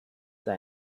sei